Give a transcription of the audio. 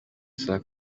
saa